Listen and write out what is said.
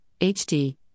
HD